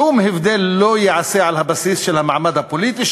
שום הבדל לא ייעשה על הבסיס של המעמד הפוליטי,